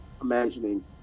imagining